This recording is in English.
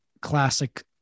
classic